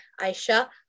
Aisha